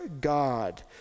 God